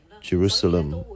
Jerusalem